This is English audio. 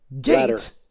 gate